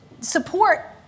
support